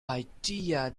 idea